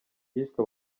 hishwe